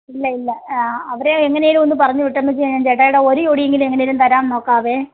ഇല്ല ഇല്ല അവരെ എങ്ങനെയെങ്കിലും ഒന്ന് പറഞ്ഞ് വിട്ടെന്ന് വച്ച് ഞാൻ ചേട്ടായിയുടെ ഒരു ജോഡിയെങ്കിലും എങ്ങനെയെങ്കിലും തരാൻ നോക്കാവേ